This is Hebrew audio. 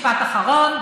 משפט אחרון.